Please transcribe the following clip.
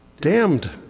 damned